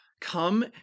come